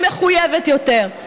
היא מחויבת יותר.